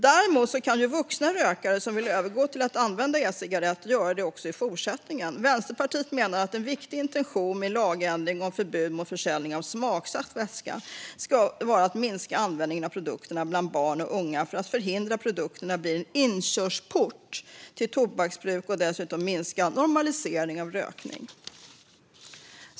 Däremot kan vuxna rökare som vill övergå till att använda e-cigaretter göra det också i fortsättningen. Vänsterpartiet menar att en viktig intention med en lagändring om förbud mot försäljning av smaksatt vätska ska vara att minska användningen av produkterna bland barn och unga för att förhindra att produkterna blir en inkörsport till tobaksbruk och dessutom minska normaliseringen av rökning.